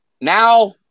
now